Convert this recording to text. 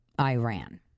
Iran